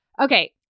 Okay